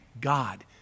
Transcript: God